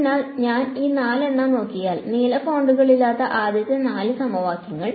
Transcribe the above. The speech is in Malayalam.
അതിനാൽ ഞാൻ ഈ നാലെണ്ണം നോക്കിയാൽ നീല ഫോണ്ടുകളില്ലാത്ത ആദ്യത്തെ നാല് സമവാക്യങ്ങൾ